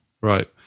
Right